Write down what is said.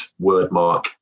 wordmark